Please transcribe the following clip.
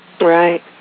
Right